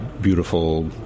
beautiful